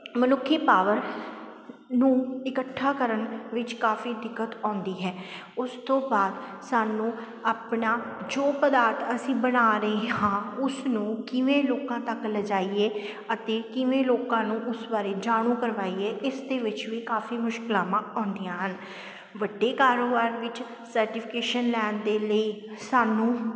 ਮਨੁੱਖੀ ਪਾਵਰ ਨੂੰ ਇਕੱਠਾ ਕਰਨ ਵਿੱਚ ਕਾਫੀ ਦਿੱਕਤ ਆਉਂਦੀ ਹੈ ਉਸ ਤੋਂ ਬਾਅਦ ਸਾਨੂੰ ਆਪਣਾ ਜੋ ਪਦਾਰਥ ਅਸੀਂ ਬਣਾ ਰਹੇ ਹਾਂ ਉਸਨੂੰ ਕਿਵੇਂ ਲੋਕਾਂ ਤੱਕ ਲਿਜਾਈਏ ਅਤੇ ਕਿਵੇਂ ਲੋਕਾਂ ਨੂੰ ਉਸ ਬਾਰੇ ਜਾਣੂ ਕਰਵਾਈਏ ਇਸ ਦੇ ਵਿੱਚ ਵੀ ਕਾਫੀ ਮੁਸ਼ਕਿਲਾਵਾਂ ਆਉਂਦੀਆਂ ਹਨ ਵੱਡੇ ਕਾਰੋਬਾਰ ਵਿੱਚ ਸਰਟੀਫਿਕੇਸਨ ਲੈਣ ਦੇ ਲਈ ਸਾਨੂੰ